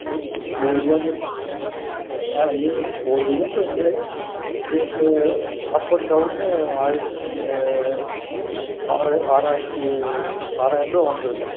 நூ நூறு கீலோமீ ஆ நூறு நூறு கிலோமீட்ருன்றது உங்களுக்கு அப் அண்ட் டவுன்னு ஆயி ஆறு ஆறாயிரத்து ஆறாயிரூபா வந்துருங்க